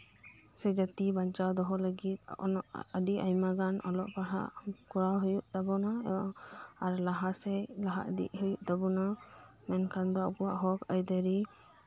ᱥᱮ ᱡᱟᱹᱛᱤ ᱵᱟᱧᱪᱟᱣ ᱫᱚᱦᱚ ᱞᱟᱹᱜᱤᱫ ᱚᱱᱟ ᱟᱹᱰᱤ ᱟᱭᱢᱟᱜᱟᱱ ᱚᱞᱚᱜ ᱯᱟᱲᱦᱟᱜ ᱠᱚᱨᱟᱣ ᱦᱩᱭᱩᱜ ᱛᱟᱵᱩᱱᱟ ᱟᱨ ᱞᱟᱦᱟᱥᱮᱫ ᱞᱟᱦᱟᱤᱫᱤᱜ ᱦᱩᱭᱩᱜ ᱛᱟᱵᱩᱱᱟ ᱮᱱᱠᱷᱟᱱ ᱫᱚ ᱟᱵᱩᱣᱟᱜ ᱦᱚᱠ ᱟᱹᱭᱫᱷᱟᱹᱨᱤ